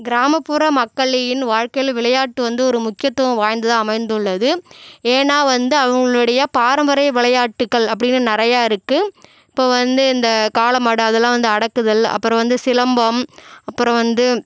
கிராமப்புற மக்களின் வாழ்க்கையில் விளையாட்டு வந்து ஒரு முக்கியத்துவம் வாய்ந்ததாக அமைந்துள்ளது ஏன்னா வந்து அவங்களுடைய பாரம்பரிய விளையாட்டுகள் அப்படின்னு நிறையா இருக்குது இப்போது வந்து இந்த காளைமாடு அதலாம் வந்து அடக்குதல் அப்புறம் வந்து சிலம்பம் அப்புறம் வந்து